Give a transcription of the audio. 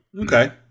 Okay